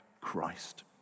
Christ